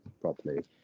properly